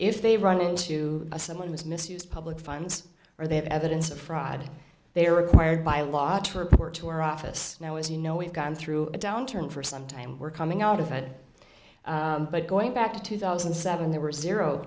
if they run into someone who's misused public funds or they have evidence of fraud they are required by law to report to our office now as you know we've gone through a downturn for some time we're coming out of it but going back to two thousand and seven there were zero